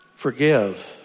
Forgive